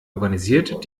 organisiert